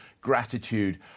gratitude